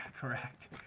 correct